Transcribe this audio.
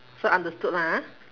so understood lah ah